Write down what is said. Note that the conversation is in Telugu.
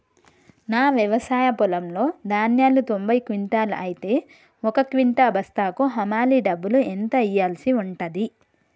నా వ్యవసాయ పొలంలో ధాన్యాలు తొంభై క్వింటాలు అయితే ఒక క్వింటా బస్తాకు హమాలీ డబ్బులు ఎంత ఇయ్యాల్సి ఉంటది?